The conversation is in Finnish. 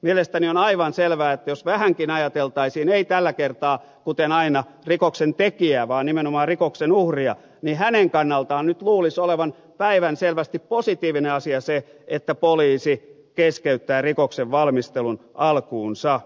mielestäni on aivan selvää että jos vähänkin ajateltaisiin ei tällä kertaa kuten aina rikoksen tekijää vaan nimenomaan rikoksen uhria niin hänen kannaltaan nyt luulisi olevan päivänselvästi positiivinen asia se että poliisi keskeyttää rikoksen valmistelun alkuunsa